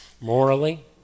morally